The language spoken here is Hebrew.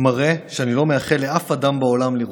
מראה שאני לא מאחל לאף אדם בעולם לראות: